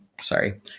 sorry